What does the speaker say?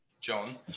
John